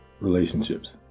relationships